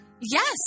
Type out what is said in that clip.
Yes